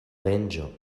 venĝo